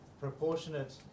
proportionate